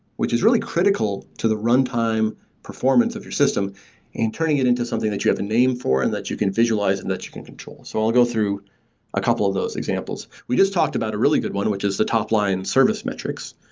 which is really critical to the runtime performance of your system and turning it into something that you have a name for and that you can visualize and that you can control. so i'll go through a couple of those examples. we just talked about really good one, which is the top line service metrics.